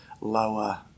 lower